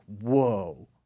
whoa